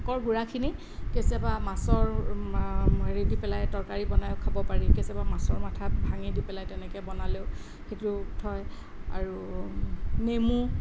শাকৰ গুড়াখিনি কেতিয়াবা মাছৰ হেৰি দি পেলাই তৰকাৰি বনাই খাব পাৰি কেতিয়াবা মাছৰ মাথা ভাঙি দি পেলাই তেনেকৈ বনালেও সেইটোও হয় আৰু নেমু